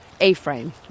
A-frame